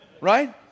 right